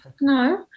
no